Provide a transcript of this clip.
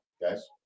Guys